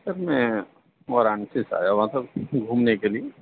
سر میں وارانسی سے آیا ہوا تھا گھومنے کے لیے